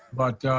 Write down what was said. but